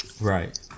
Right